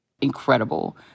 incredible